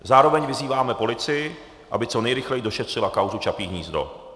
Zároveň vyzýváme policii, aby co nejrychleji došetřila kauzu Čapí hnízdo.